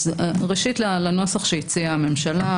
לנוסח שהציעה הממשלה.